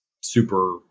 super